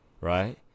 right